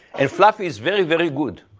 and fluffy is very, very good.